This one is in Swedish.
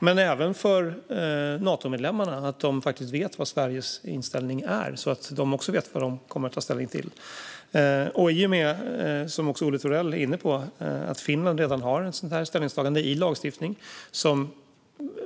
Det handlar också om att Natomedlemmarna ska veta vad Sveriges inställning är så att även de vet vad de kommer att ta ställning till. Olle Thorell är inne på att Finland redan har ett sådant här ställningstagande i lagstiftningen. Det har,